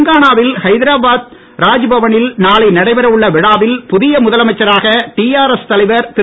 தெலுங்கானாவில் ஹைதராபாத் ராஜ்பவனில் நாளை நடைபெற உள்ள விழாவில் புதிய முதலமைச்சராக டிஆர்எஸ் தலைவர் திரு